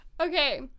Okay